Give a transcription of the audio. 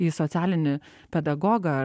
į socialinį pedagogą